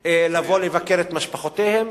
לבוא לבקר את משפחותיהם.